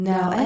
Now